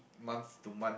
month to month